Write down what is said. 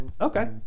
Okay